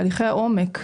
תהליכי העומק,